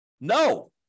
No